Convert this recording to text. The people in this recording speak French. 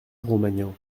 romagnan